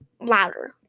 louder